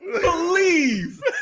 believe